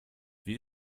wie